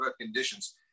conditions